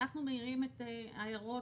אנחנו מעירים את ההערות,